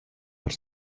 per